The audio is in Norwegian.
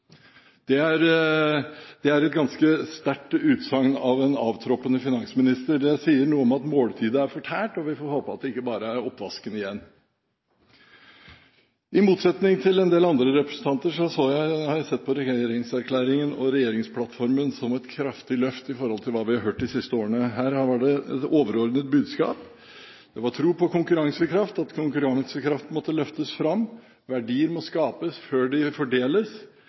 bærekraftig nivå.» Det er et ganske sterkt utsagn av en avtroppende finansminister. Det sier noe om at måltidet er fortært, og vi får håpe at det ikke bare er oppvasken igjen. I motsetning til en del andre representanter har jeg sett på regjeringserklæringen og regjeringsplattformen som et kraftig løft i forhold til hva vi har hørt de siste årene. Her var det et overordnet budskap. Det var tro på konkurransekraft – at konkurransekraften måtte løftes fram – verdier må skapes før de fordeles,